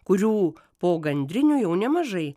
kurių po gandrinių jau nemažai